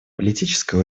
политическое